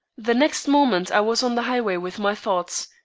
the next moment i was on the highway with my thoughts.